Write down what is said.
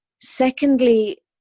Secondly